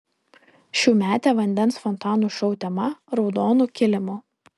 šiųmetė vandens fontanų šou tema raudonu kilimu